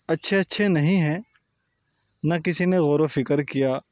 اچھے اچھے نہیں ہیں نہ کسی نے غور و فکر کیا